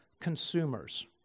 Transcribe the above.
consumers